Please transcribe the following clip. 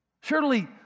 Surely